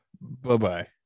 bye-bye